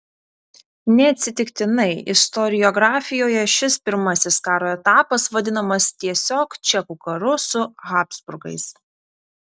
neatsitiktinai istoriografijoje šis pirmasis karo etapas vadinamas tiesiog čekų karu su habsburgais